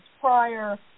prior